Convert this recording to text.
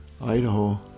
Idaho